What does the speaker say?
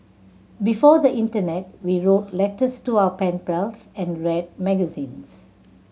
before the internet we wrote letters to our pen pals and read magazines